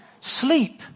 sleep